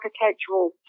architectural